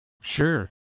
Sure